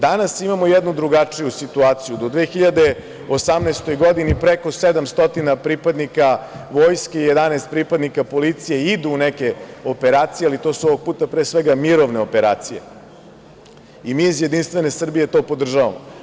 Danas imamo jednu drugačiju situaciju, da u 2018. godini preko 700 pripadnika Vojske i 11 pripadnika policije idu u neke operacije, ali to su ovog puta pre svega mirovne operacije i mi iz Jedinstvene Srbije to podržavamo.